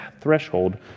threshold